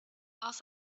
aus